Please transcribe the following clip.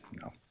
no